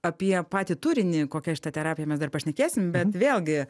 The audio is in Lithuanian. apie patį turinį kokia šita terapija mes dar pašnekėsim bet vėlgi